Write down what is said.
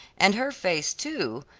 and her face, too,